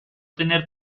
tener